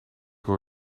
door